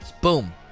Boom